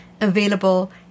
available